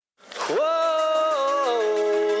Whoa